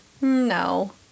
No